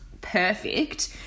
perfect